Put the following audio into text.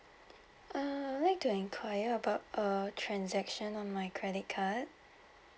mm I would like to inquire about a transaction on my credit card